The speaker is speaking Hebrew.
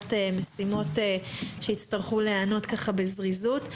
מעט משימות שיצטרכו להיענות בזריזות.